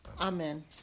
Amen